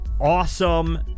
awesome